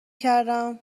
کردم